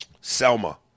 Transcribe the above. Selma